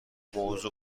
موضوع